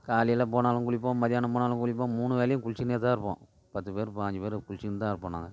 காலையில் போனாலும் குளிப்போம் மதியானம் போனாலும் குளிப்போம் மூணு வேலையும் குளித்துன்னேதான் இருப்போம் பத்து பேர் பயஞ்சு பேர் குளித்துன்னு தான் இருப்போம் நாங்கள்